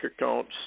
accounts